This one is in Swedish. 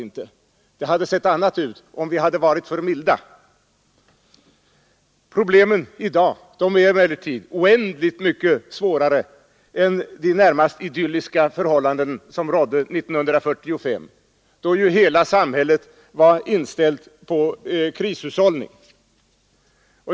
Det skulle ha sett annorlunda ut om de varit för milda. Problemen i dag är emellertid oändligt mycket svårare än de närmast idylliska förhållanden som rådde 1945, då hela samhället var inställt på krishushållning.